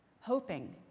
hoping